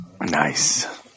Nice